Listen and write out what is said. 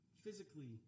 physically